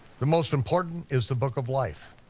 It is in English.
the most important is the book of life,